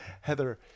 Heather